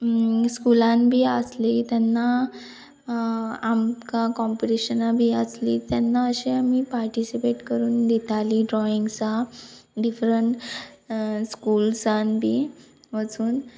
स्कुलान बी आसलीं तेन्ना आमकां कॉम्पिटिशनां बी आसलीं तेन्ना अशें आमी पार्टिसिपेट करून दितालीं ड्रॉइंग्सा डिफरंट स्कुल्सान बी वचून